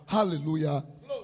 Hallelujah